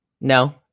No